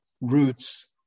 roots